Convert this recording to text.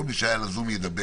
כל מי שעלה לזום ידבר